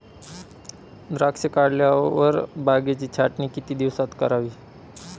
द्राक्षे काढल्यावर बागेची छाटणी किती दिवसात करावी?